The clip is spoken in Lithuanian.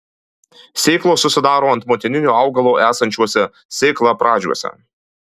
sėklos susidaro ant motininio augalo esančiuose sėklapradžiuose